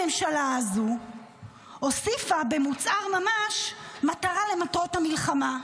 הממשלה הזו הוסיפה במוצהר ממש מטרה למטרות המלחמה: